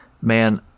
man